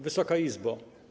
Wysoka Izbo!